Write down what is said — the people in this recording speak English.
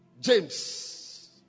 James